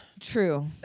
True